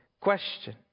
question